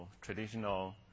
traditional